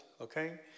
okay